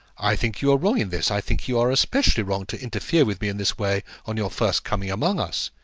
i think you are wrong in this. i think you are specially wrong to interfere with me in this way on your first coming among us.